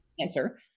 answer